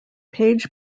page